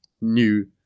new